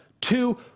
Two